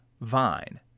vine